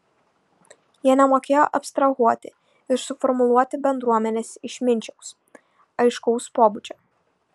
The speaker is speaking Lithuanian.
jie nemokėjo abstrahuoti ir suformuluoti bendruomenės išminčiaus aiškaus pobūdžio